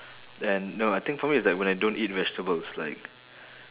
and no I think probably it's like when I don't eat vegetables like